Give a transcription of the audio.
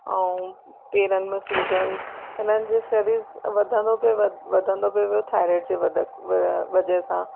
ऐं पेरनि में सूजन इन्हनि जे शरीर वधंदो पियो वधि वधंदो पियो वियो थाइराइड जे वद व वजह सां